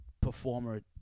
performer